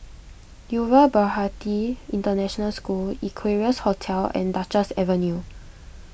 Yuva Bharati International School Equarius Hotel and Duchess Avenue